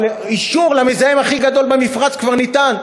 אבל אישור למזהם הכי גדול במפרץ כבר ניתן,